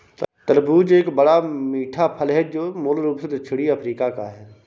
तरबूज एक बड़ा, मीठा फल है जो मूल रूप से दक्षिणी अफ्रीका का है